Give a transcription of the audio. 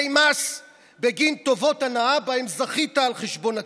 מס בגין טובות הנאה שבהן זכית על חשבון הציבור.